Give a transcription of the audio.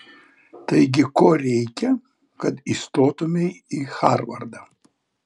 taigi ko reikia kad įstotumei į harvardą